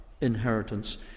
inheritance